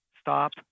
Stop